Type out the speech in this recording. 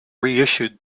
reissued